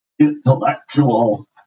intellectual